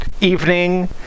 evening